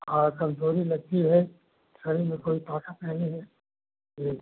और कमजोरी लगती है शरीर में कोई ताकत नहीं है जी